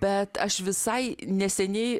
bet aš visai neseniai